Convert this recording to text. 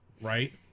right